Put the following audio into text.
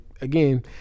again